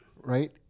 right